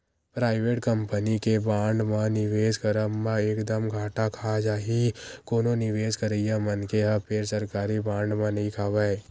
private company के bond म निवेस करब म एक दम घाटा खा जाही कोनो निवेस करइया मनखे ह फेर सरकारी बांड म नइ खावय